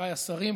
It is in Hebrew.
חבריי השרים,